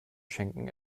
schenken